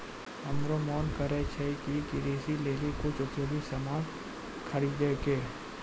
हमरो मोन करै छै कि कृषि लेली कुछ उपयोगी सामान खरीदै कै